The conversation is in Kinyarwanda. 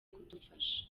kudufasha